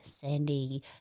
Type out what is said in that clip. Sandy